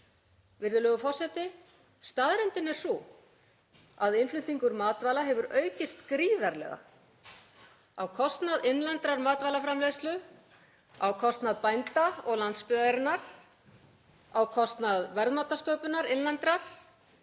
Virðulegur forseti. Staðreyndin er sú að innflutningur matvæla hefur aukist gríðarlega á kostnað innlendrar matvælaframleiðslu, á kostnað bænda og landsbyggðarinnar, á kostnað innlendrar